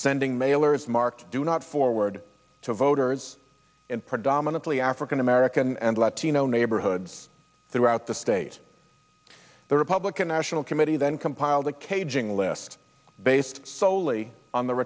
sending mailers marked do not forward to voters in predominantly african american and latino neighborhoods throughout the state the republican national committee then compiled a caging list based solely on the